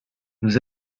nous